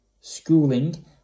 schooling